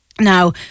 Now